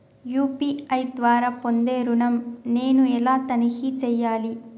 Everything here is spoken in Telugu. యూ.పీ.ఐ ద్వారా పొందే ఋణం నేను ఎలా తనిఖీ చేయాలి?